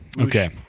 Okay